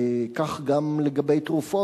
כך גם לגבי תרופות.